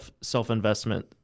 self-investment